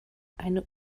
eine